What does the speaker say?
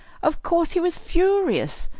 of course he was furious.